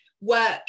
work